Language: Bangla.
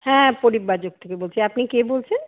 হ্যাঁ পরিব্রাজক থেকে বলছি আপনি কে বলছেন